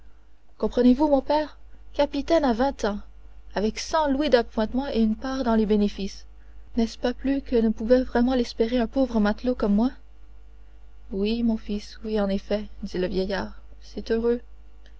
comprenez-vous mon père capitaine à vingt ans avec cent louis d'appointements et une part dans les bénéfices n'est-ce pas plus que ne pouvait vraiment l'espérer un pauvre matelot comme moi oui mon fils oui en effet dit le vieillard c'est heureux